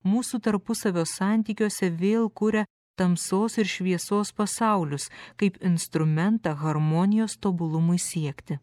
mūsų tarpusavio santykiuose vėl kuria tamsos ir šviesos pasaulius kaip instrumentą harmonijos tobulumui siekti